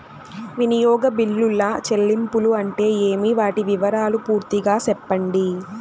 వినియోగ బిల్లుల చెల్లింపులు అంటే ఏమి? వాటి వివరాలు పూర్తిగా సెప్పండి?